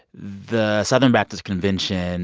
the southern baptist convention